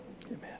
amen